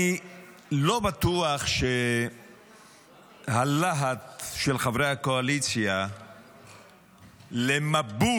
אני לא בטוח שהלהט של חברי הקואליציה למבול